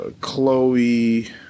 Chloe